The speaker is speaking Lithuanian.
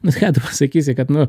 nu ką tu pasakysi kad nu va